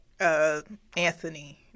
Anthony